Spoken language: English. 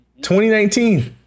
2019